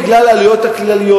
בגלל העלויות הכלליות,